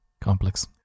Complex